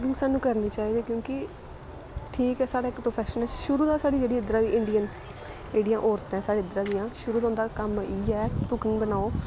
cooking सानूं करनी चाहिदी क्योंकि ठीक ऐ साढ़ा इक प्रोफैशन ऐ शुरू दा साढ़ी जेह्ड़ी इद्धरा दी इंडियन जेह्ड़ियां औरतां न साढ़े इद्धरा दियां शुरू दा उंदा कम्म इ'यै कुकिंग बनाओ